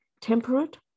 temperate